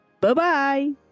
Bye-bye